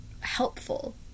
helpful